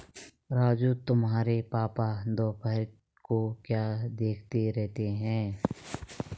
राजू तुम्हारे पापा दोपहर को क्या देखते रहते हैं?